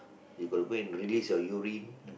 you got to go and release your urine